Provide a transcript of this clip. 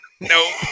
Nope